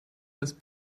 his